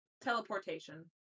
Teleportation